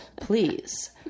please